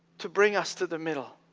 to bring us to the middle.